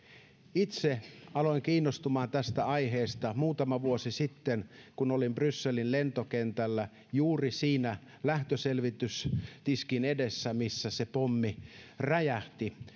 itse aloin kiinnostumaan tästä aiheesta muutama vuosi sitten kun olin brysselin lentokentällä juuri siinä lähtöselvitystiskin edessä missä se pommi räjähti